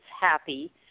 happy